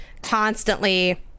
constantly